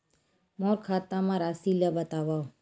मोर खाता म राशि ल बताओ?